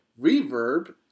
Reverb